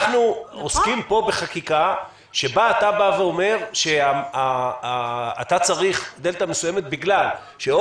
אנחנו עוסקים פה בחקיקה שבה אתה בא ואומר שאתה צריך דלתא מסוימת בגלל שאתה